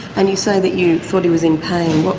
and you say that you thought he was in pain.